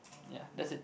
ya that's it